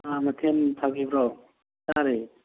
ꯃꯊꯦꯜ ꯐꯥꯈꯤꯕ꯭ꯔꯣ ꯆꯥꯔꯦ